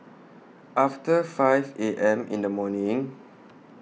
after five A M in The morning